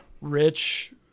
Rich